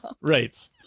right